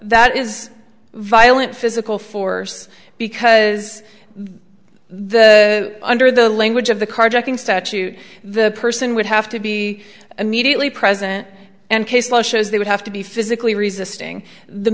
that is violent physical force because the under the language of the carjacking statute the person would have to be immediately present and case law shows they would have to be physically resisting the